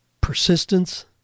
persistence